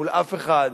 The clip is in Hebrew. מול אף אחד,